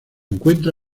encuentra